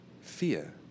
fear